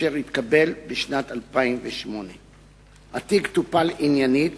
אשר התקבל בשנת 2008. התיק טופל עניינית,